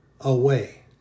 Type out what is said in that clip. away